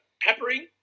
peppering